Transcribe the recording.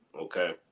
Okay